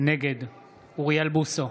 נגד אוריאל בוסו,